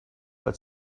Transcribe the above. but